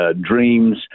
dreams